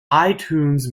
itunes